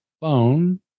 phone